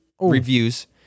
reviews